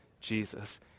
Jesus